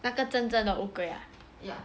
那个真正的乌龟 ah